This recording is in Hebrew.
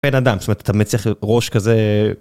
בן אדם, זאת אומרת אתה מצליח ראש כזה.